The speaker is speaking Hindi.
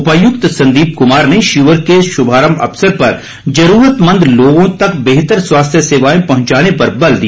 उपायुक्त संदीप कुमार ने शिविर के शुभारम्भ अवसर पर जरूरतमंद लोगों तक बेहतर स्वास्थ्य सेवाएं पहुंचाने पर बल दिया